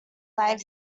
live